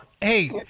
hey